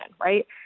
right